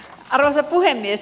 arvoisa puhemies